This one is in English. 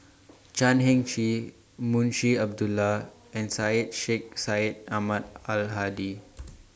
Chan Heng Chee Munshi Abdullah and Syed Sheikh Syed Ahmad Al Hadi